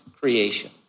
creation